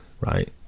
right